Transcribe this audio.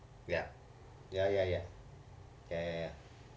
ya ya ya ya ya